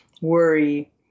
worry